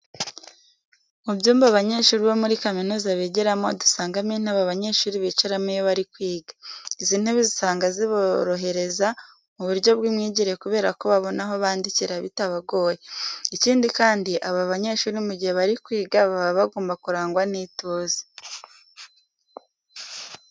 Mu byumba abanyeshuri bo muri kaminuza bigiramo dusangamo intebe abanyeshuri bicaramo iyo bari kwiga. Izi ntebe usanga ziborohereza mu buryo bw'imyigire kubera ko babona aho bandikira bitabagoye. Ikindi kandi, aba banyeshuri mu gihe bari kwiga baba bagomba kurangwa n'ituze.